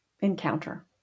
encounter